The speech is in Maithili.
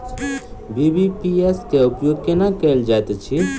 बी.बी.पी.एस केँ उपयोग केना कएल जाइत अछि?